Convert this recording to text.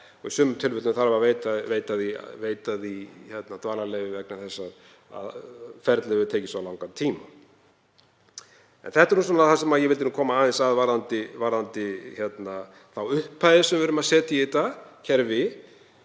og í sumum tilfellum þarf að veita því dvalarleyfi vegna þess að ferlið hefur tekið svo langan tíma. Þetta er það sem ég vildi koma aðeins að varðandi þá upphæð sem við erum að setja í þetta kerfi.